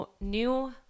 new